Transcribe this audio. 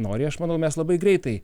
nori aš manau mes labai greitai